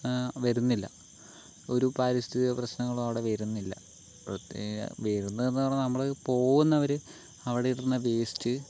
വരുന്നില്ല ഒരു പാരിസ്ഥിതിക പ്രശ്നങ്ങളും അവിടെ വരുന്നില്ല വരുന്നതെന്ന് പറഞ്ഞ് നമ്മള് പോവുന്നവര് അവിടെ ഇടണ വേസ്റ്റ്